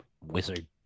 wizard